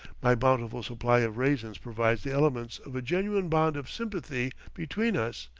my bountiful supply of raisins provides the elements of a genuine bond of sympathy between us,